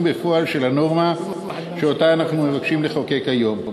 בפועל של הנורמה שאנחנו מבקשים לחוקק היום.